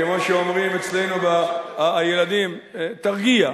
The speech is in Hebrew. כמו שאומרים אצלנו הילדים: תרגיע.